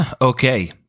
Okay